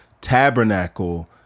tabernacle